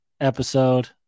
episode